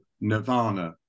Nirvana